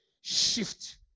shift